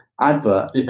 advert